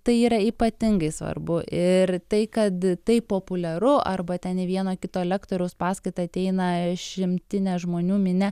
tai yra ypatingai svarbu ir tai kad tai populiaru arba ten vieno kito lektoriaus paskaitą ateina šimtinė žmonių minia